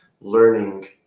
learning